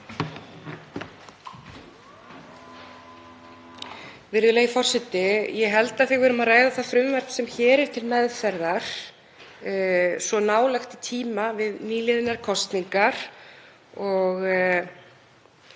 Virðulegi forseti. Ég held að þegar við erum að ræða það frumvarp sem hér er til meðferðar svo nálægt í tíma við nýliðnar kosningar og